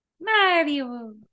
mario